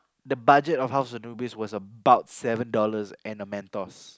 the budget of House-of-Anubis was about seven dollars and a mentos